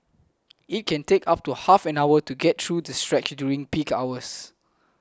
it can take up to half an hour to get through the stretch during peak hours